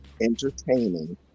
entertaining